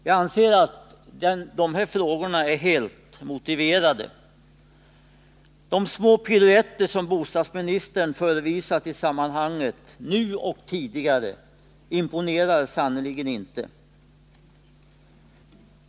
Jag anser att de här frågorna är helt motiverade. De små piruetter som bostadsministern förevisat i sammanhanget, nu och tidigare, imponerar sannerligen inte.